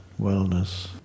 wellness